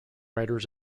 writers